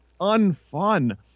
unfun